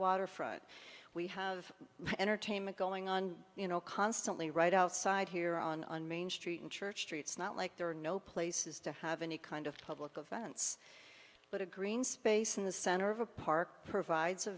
waterfront we have entertainment going on you know constantly right outside here on main street and church streets not like there are no places to have any kind of public events but a green space in the center of a park provides a